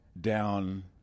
down